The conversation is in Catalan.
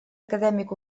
acadèmic